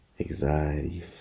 anxiety